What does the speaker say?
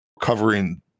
covering